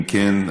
אם כן,